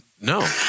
No